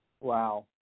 Wow